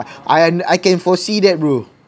ah I can foresee that bro